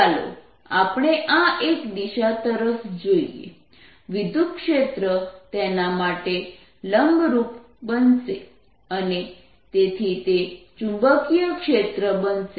ચાલો આપણે આ એક દિશા તરફ જોઈએ વિદ્યુત ક્ષેત્ર તેના માટે લંબરૂપ બનશે અને તેથી તે ચુંબકીય ક્ષેત્ર બનશે